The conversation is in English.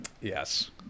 yes